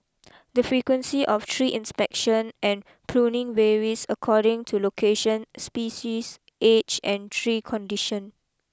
the frequency of tree inspection and pruning varies according to location species age and tree condition